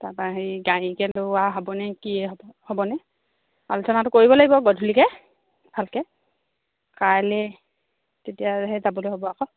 তাৰপৰা হেৰি গাড়ীকে লোৱা হ'বনে কি হ'ব হ'বনে আলোচনাটো কৰিব লাগিব গধূলিকৈ ভালকৈ কাইলৈ তেতিয়াহে যাবলৈ হ'ব আকৌ